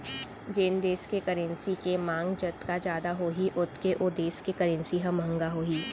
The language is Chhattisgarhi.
जेन देस के करेंसी के मांग जतका जादा होही ओतके ओ देस के करेंसी ह महंगा होही